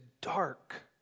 dark